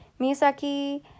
Misaki